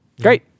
Great